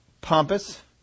pompous